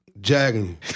Jagging